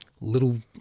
little